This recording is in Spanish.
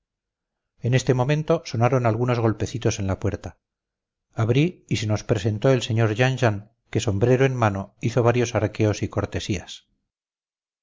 en este momento sonaron algunos golpecitos en la puerta abrí y se nos presentó el sr jean jean que sombrero en mano hizo varios arqueos y cortesías